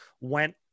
went